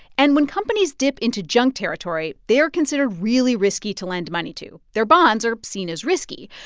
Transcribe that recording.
and when companies dip into junk territory, they are considered really risky to lend money to. their bonds are seen as risky,